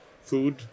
food